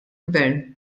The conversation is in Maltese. gvern